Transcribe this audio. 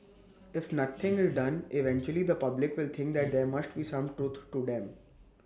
if nothing is done eventually the public will think that there must be some truth to them